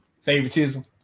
favoritism